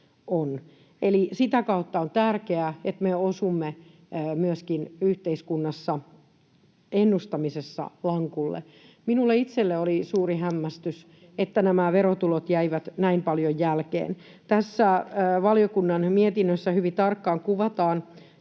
sitä kautta on tärkeää, että me osumme yhteiskunnassa myöskin ennustamisessa lankulle. Minulle itselleni oli suuri hämmästys, että nämä verotulot jäivät näin paljon jälkeen. Tässä valiokunnan mietinnössä hyvin tarkkaan kuvataan